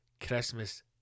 Christmas